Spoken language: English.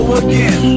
again